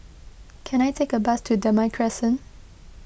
can I take a bus to Damai Crescent